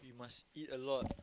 we must eat a lot